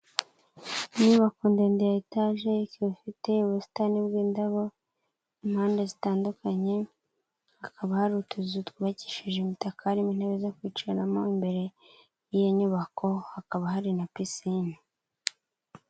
Inyubako ndende ya etaje ikaba ifite ubusitani bw'indabo, impande zitandukanye hakaba hari utuzu twubakishije imitaka, hari intebe zo kwicaramo imbere y'iyo nyubako hakaba hari na pisine.